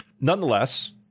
nonetheless